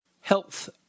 health